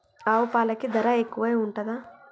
ఆవు పాలకి ధర ఎక్కువే ఉంటదా?